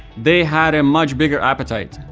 they had a much bigger appetite.